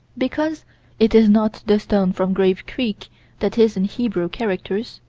because it is not the stone from grave creek that is in hebrew characters,